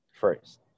first